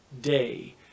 day